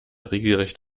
regelrecht